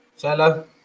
hello